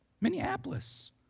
Minneapolis